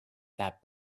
that